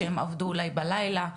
שהם עבדו אולי בלילה.